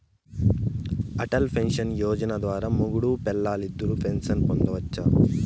Atal pension Yojana ద్వారా మొగుడూ పెల్లాలిద్దరూ పెన్సన్ పొందొచ్చును